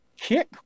kick